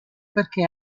perché